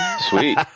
Sweet